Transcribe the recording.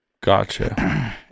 Gotcha